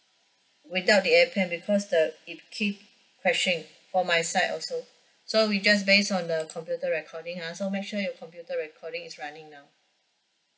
without the appen because the it keep crushing for my side also so we just based on the computer recording ah so make sure your computer recording is running now